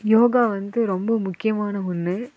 யோகா வந்து ரொம்ப முக்கியமான ஒன்று